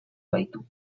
gaitu